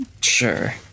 sure